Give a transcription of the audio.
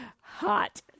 Hot